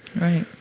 Right